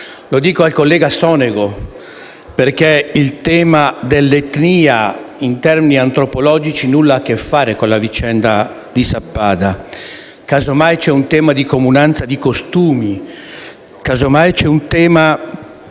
Lo dico al collega Sonego, perché il tema dell'etnia, in termini antropologici, nulla ha a che fare con la vicenda di Sappada. Casomai c'è un tema di comunanza di costumi, di socialità